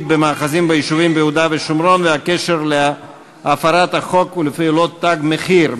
במאחזים ביישובים ביהודה ושומרון והקשר להפרת החוק ולפעולות "תג מחיר".